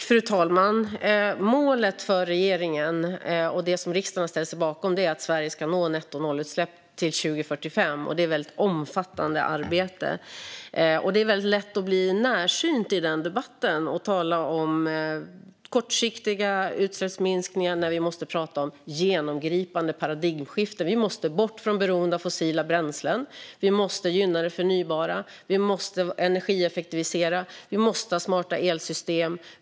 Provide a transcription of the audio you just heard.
Fru talman! Målet för regeringen och det som riksdagen har ställt sig bakom är att Sverige ska nå nettonollutsläpp till år 2045. Det är ett väldigt omfattande arbete. Det är lätt att i debatten bli närsynt och tala om kortsiktiga utsläppsminskningar när vi måste tala om ett genomgripande paradigmskifte. Vi måste bort från beroendet av fossila bränslen. Vi måste gynna det förnybara. Vi måste energieffektivisera. Vi måste ha smarta elsystem.